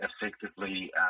effectively